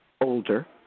older